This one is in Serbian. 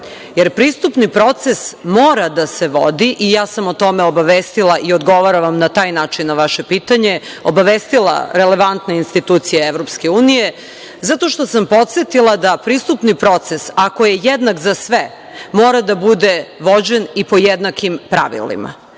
jer pristupni proces mora da se vodi i ja sam o tome obavestila i odgovarala vam na taj način na vaše pitanje, obavestila relevantne institucije EU, zato što sam podsetila da pristupni proces, ako je jednak za sve mora da bude vođen i po jednakim pravilima.U